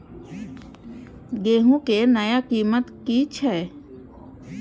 गेहूं के नया कीमत की छे?